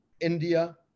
India